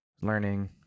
learning